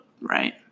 Right